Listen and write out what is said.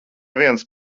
viens